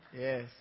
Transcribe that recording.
Yes